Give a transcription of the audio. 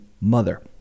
mother